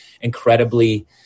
incredibly